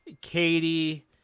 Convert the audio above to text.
Katie